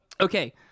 Okay